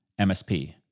MSP